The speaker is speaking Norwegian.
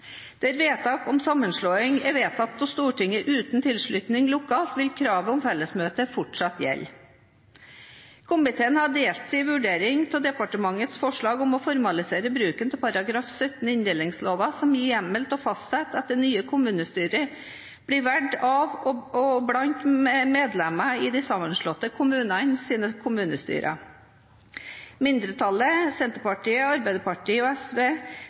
Der sammenslåing er vedtatt av Stortinget uten tilslutning lokalt, vil kravet om fellesmøte fortsatt gjelde. Komiteen har delt seg i vurderingen av departementets forslag om å formalisere bruken av § 17 i inndelingsloven, som gir hjemmel til å fastsette at det nye kommunestyret blir valgt av og blant medlemmene i de sammenslåtte kommunenes kommunestyrer. Mindretallet, Senterpartiet, Arbeiderpartiet og SV,